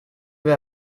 peu